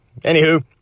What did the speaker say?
Anywho